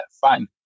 fine